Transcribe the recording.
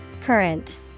Current